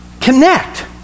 connect